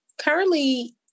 currently